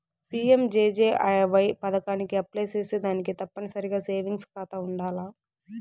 PMJJAY పదకానికి apply సేసేదానికి తప్పనిసరిగా సేవింగ్స్ కాతా ఉండాల్ల